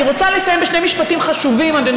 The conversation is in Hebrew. אני רוצה לסיים בשני משפטים חשובים, אדוני